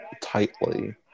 tightly